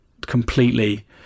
completely